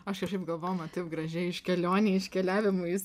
aš kažkaip galvoju man taip gražiai iš kelionė iškeliavimais